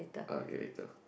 uh get later